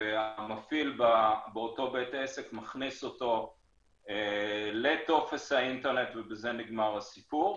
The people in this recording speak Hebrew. והמפעיל באותו בית עסק מכניס אותו לטופס האינטרנט ובזה נגמר הסיפור.